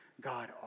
God